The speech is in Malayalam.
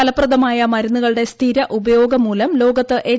ഫലപ്രദമായ മരുന്നുകളുടെ സ്ഥിരഉപയോഗംമൂലം ലോകത്ത് എച്ച്